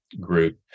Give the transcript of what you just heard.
group